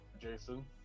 Jason